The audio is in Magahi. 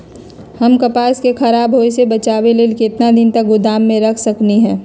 हम कपास के खराब होए से बचाबे ला कितना दिन तक गोदाम में रख सकली ह?